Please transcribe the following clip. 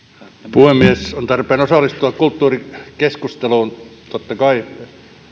puhemies on tarpeen osallistua kulttuurikeskusteluun totta kai